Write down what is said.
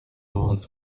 umunsi